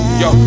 yo